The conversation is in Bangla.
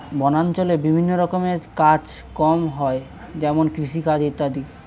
বনাঞ্চলে বিভিন্ন রকমের কাজ কম হয় যেমন কৃষিকাজ ইত্যাদি